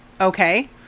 okay